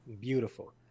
beautiful